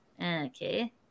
Okay